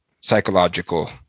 psychological